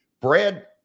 Brad